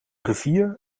rivier